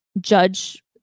judge